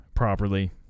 properly